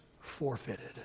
forfeited